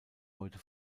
heute